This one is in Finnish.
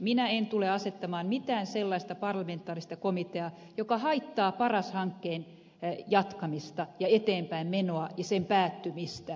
minä en tule asettamaan mitään sellaista parlamentaarista komiteaa joka haittaa paras hankkeen jatkamista ja eteenpäinmenoa ja sen päättymistä